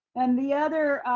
and the other,